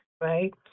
right